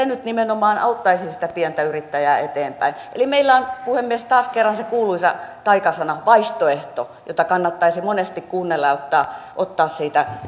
nyt nimenomaan auttaisi sitä pientä yrittäjää eteenpäin eli meillä on puhemies taas kerran se kuuluisa taikasana vaihtoehto jota kannattaisi monesti kuunnella ja ottaa siitä